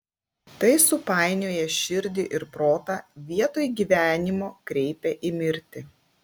tai supainioja širdį ir protą vietoj gyvenimo kreipia į mirtį